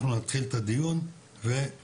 אנחנו נתחיל את הדיון ונתקדם.